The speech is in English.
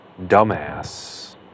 dumbass